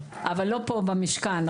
אבל לא פה במשכן,